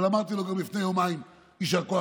אבל אמרתי לו גם לפני יומיים יישר כוח